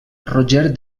roger